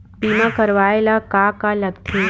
बीमा करवाय ला का का लगथे?